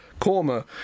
korma